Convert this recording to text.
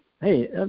hey